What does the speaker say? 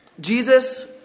Jesus